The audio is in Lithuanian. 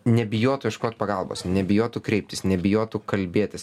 nebijotų ieškot pagalbos nebijotų kreiptis nebijotų kalbėtis